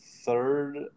third